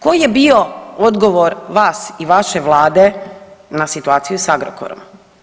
Koji je bio odgovor vas i vaše Vlade na situaciju sa Agrokorom?